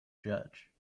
judge